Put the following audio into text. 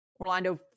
Orlando